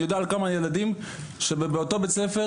אני יודע על כמה ילדים מאותו בית ספר,